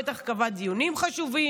בטח קבעה דיונים חשובים.